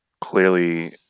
Clearly